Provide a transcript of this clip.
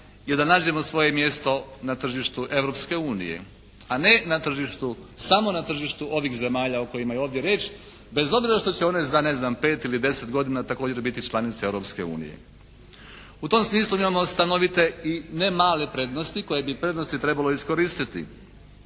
je da nađemo svoje mjesto na tržištu Europske unije, a ne na tržištu, samo na tržištu ovih zemalja o kojima je ovdje riječ bez obzira što će one za, ne znam, 5 ili 10 godina također biti članice Europske unije. U tom smislu mi imamo stanovite i ne male prednosti koje bi prednosti trebalo iskoristiti.